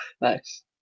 Nice